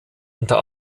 unter